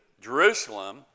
Jerusalem